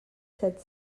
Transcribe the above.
set